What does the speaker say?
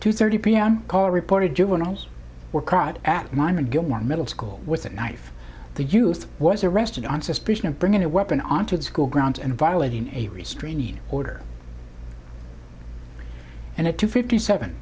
two thirty p m call reported juveniles were caught at monmouth gilmore middle school with a knife the youth was arrested on suspicion of bringing a weapon onto the school grounds and violating a restraining order and at two fifty seven